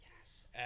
Yes